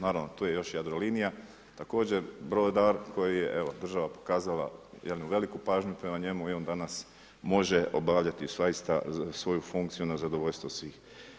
Naravno, tu je još Jadrolinija također brodar koji je evo država pokazala jednu veliku pažnju prema njemu i on danas može obavljati zaista svoju funkciju na zadovoljstvo svih.